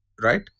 right